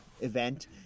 event